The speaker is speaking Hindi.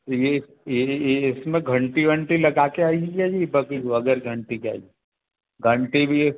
तो ये ये ये इसमें घंटी वंटी लगाके आएगी क्या जी वगैर घंटी के आएगी घंटी भी